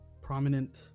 prominent